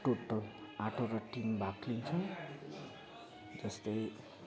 total आठवटा team भाग लिन्छ जस्तै